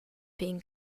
pin